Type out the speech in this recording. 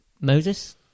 Moses